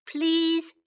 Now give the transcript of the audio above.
Please